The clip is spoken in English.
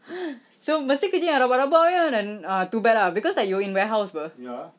so mesti kerja yang rabak rabak punya then uh too bad lah because like you're in warehouse [pe]